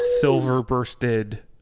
silver-bursted